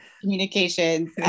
communications